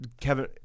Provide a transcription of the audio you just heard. Kevin